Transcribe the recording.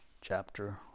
chapter